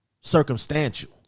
circumstantial